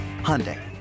Hyundai